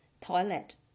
toilet